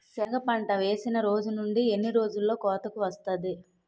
సెనగ పంట వేసిన రోజు నుండి ఎన్ని రోజుల్లో కోతకు వస్తాది?